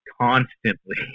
constantly